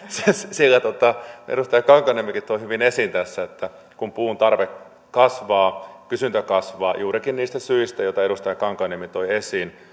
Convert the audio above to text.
sillä edustaja kankaanniemikin toi hyvin esiin tässä että kun puun tarve kasvaa kysyntä kasvaa juurikin niistä syistä joita edustaja kankaanniemi toi esiin ja